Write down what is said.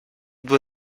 due